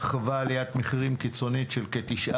חווה עליית מחירים קיצונית של כ-9%,